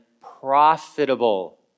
profitable